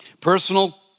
Personal